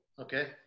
Okay